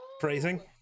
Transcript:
Phrasing